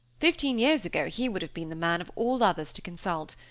fifteen years ago he would have been the man of all others to consult.